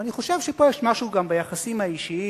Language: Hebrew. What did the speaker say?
ואני חושב שפה יש משהו גם ביחסים האישיים.